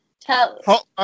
tell